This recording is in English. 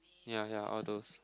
ya ya all those